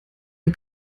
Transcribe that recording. und